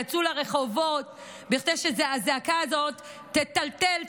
יצאו לרחובות כדי שהזעקה הזאת תטלטל,